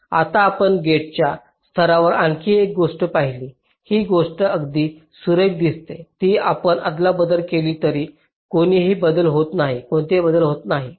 आता आपण गेट्सच्या स्तरावर आणखी एक गोष्ट पाहिली ही गोष्ट अगदी सुरेख दिसते की आपण अदलाबदल केले तरी कोणताही बदल होत नाही